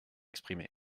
exprimée